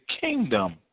kingdom